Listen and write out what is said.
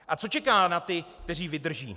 A co čeká na ty, kteří vydrží?